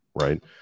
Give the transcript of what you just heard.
right